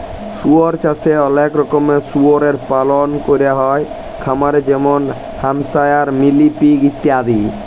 শুয়র চাষে অলেক রকমের শুয়রের পালল ক্যরা হ্যয় খামারে যেমল হ্যাম্পশায়ার, মিলি পিগ ইত্যাদি